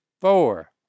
four